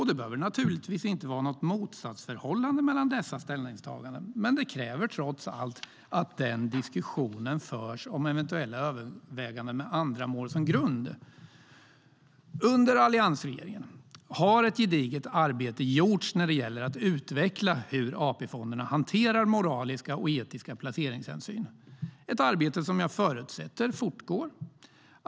Det behöver naturligtvis inte finnas något motsatsförhållande mellan dessa ställningstaganden, men det kräver trots allt att den diskussionen förs om eventuella överväganden med andra mål som grund. Under alliansregeringen har ett gediget arbete gjorts när det gäller att utveckla hur AP-fonderna hanterar moraliska och etiska placeringshänsyn, ett arbete som jag förutsätter fortgår.